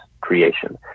creation